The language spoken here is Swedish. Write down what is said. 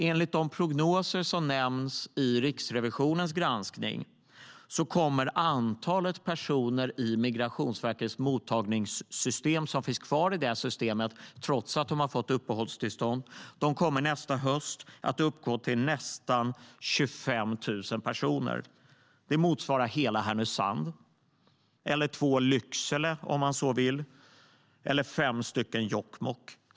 Enligt prognoser som nämns i Riksrevisionens granskning kommer antalet personer som är kvar i mottagningssystemet, trots att de har fått uppehållstillstånd, att uppgå till nästan 25 000 nästa höst. Det motsvarar hela Härnösand, två Lycksele om man så vill eller fem Jokkmokk.